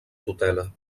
tutela